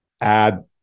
add